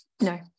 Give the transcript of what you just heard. no